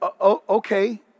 okay